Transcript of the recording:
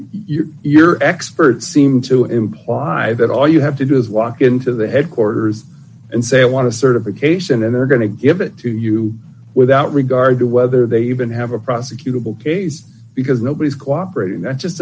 your your experts seem to imply that all you have to do is walk into the headquarters and say i want to certification and they're going to give it to you without regard to whether they even have a prosecutable case because nobody's cooperating that just